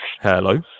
Hello